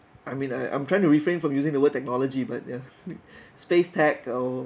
I mean I I'm trying to refrain from using the world technology but ya space tech or